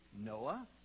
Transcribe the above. Noah